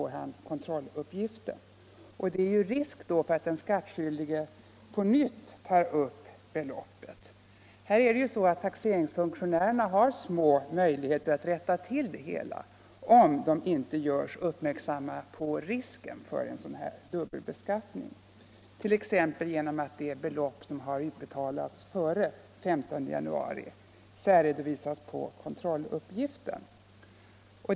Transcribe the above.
Risk finns att den skattskyldige då följer kontrolluppgiften och tar upp beloppet på nytt. Taxeringsfunktionärerna har i allmänhet små möjligheter att rätta till sådana felaktigheter, såvida de inte görs uppmärksamma på risken för en sådan dubbelbeskattning t.ex. genom att det belopp som utbetalts före den 15 januari särredovisas på kontrolluppgiften.